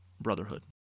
brotherhood